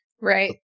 Right